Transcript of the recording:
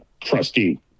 trustee